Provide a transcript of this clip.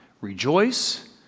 Rejoice